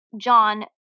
John